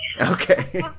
Okay